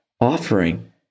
offering